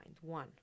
One